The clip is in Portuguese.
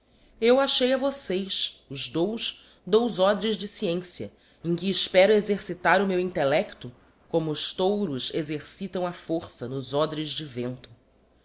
eu achei a vossês os dous dous odres de sciencia em que espero exercitar o meu intellecto como os touros exercitam a força nos ôdres de vento